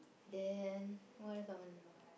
then what else I want do